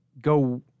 go